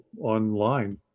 online